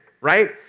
right